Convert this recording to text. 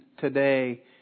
today